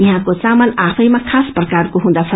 यहाँको चामल आफैमा खस प्रकारको हुँदछ